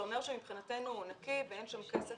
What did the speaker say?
זה אומר שמבחינתנו הוא נקי ואין שם כסף